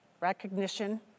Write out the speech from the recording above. recognition